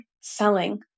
selling